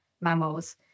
mammals